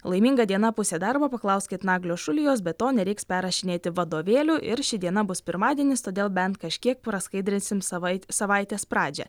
laiminga diena pusė darbo paklauskit naglio šulijos be to nereiks perrašinėti vadovėlių ir ši diena bus pirmadienis todėl bent kažkiek praskaidrinsim savait savaitės pradžią